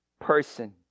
person